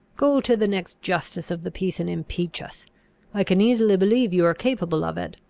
go to the next justice of the peace, and impeach us i can easily believe you are capable of it.